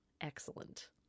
Excellent